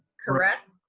correct?